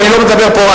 אני לא מדבר פה,